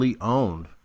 owned